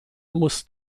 muss